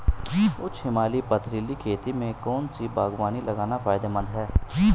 उच्च हिमालयी पथरीली खेती में कौन सी बागवानी लगाना फायदेमंद है?